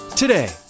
Today